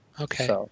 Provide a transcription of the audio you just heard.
Okay